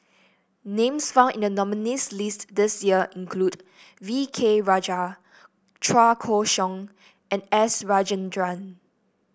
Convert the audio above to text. names found in the nominees' list this year include V K Rajah Chua Koon Siong and S Rajendran